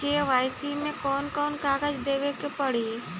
KYC मे कौन कौन कागज देवे के पड़ी?